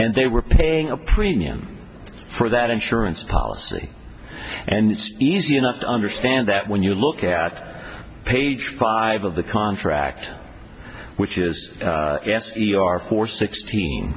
and they were paying a premium for that insurance policy and it's easy enough to understand that when you look at page five of the contract which is e r four sixteen